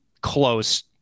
close